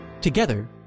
Together